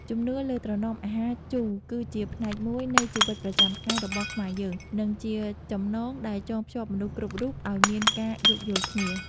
ជំនឿលើត្រណមអាហារជូរគឺជាផ្នែកមួយនៃជីវិតប្រចាំថ្ងៃរបស់ខ្មែរយើង និងជាចំណងដែលចងភ្ជាប់មនុស្សគ្រប់រូបឱ្យមានការយោគយល់គ្នា។